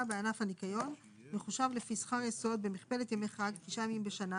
שעה לעובד ניקיון שמועסק 5 ימים בשבוע